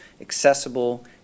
accessible